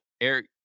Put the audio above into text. Eric